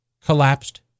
collapsed